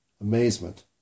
amazement